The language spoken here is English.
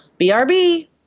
BRB